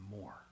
more